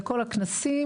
וכל הכנסים,